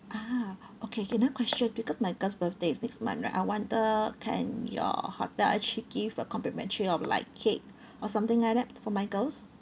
a'ah okay can I question because my girls' birthday is next month right I wonder can your hotel actually give a complimentary of like cake or something like that for my girls